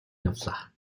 явлаа